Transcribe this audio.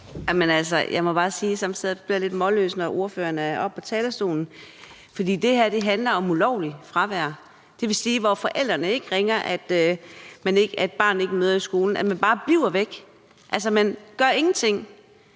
Jeg må sige, at jeg sidder og bliver lidt målløs, når ordføreren er oppe på talerstolen. For det her handler om ulovligt fravær. Det vil sige fravær, hvor forældrene ikke ringer om, at barnet ikke møder i skolen, men at man bare bliver væk, altså, man gør ingenting.